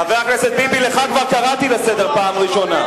חבר הכנסת זחאלקה, אני קורא אותך לסדר פעם ראשונה.